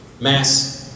Mass